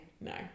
No